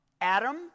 Adam